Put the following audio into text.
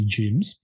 gyms